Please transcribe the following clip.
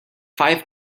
five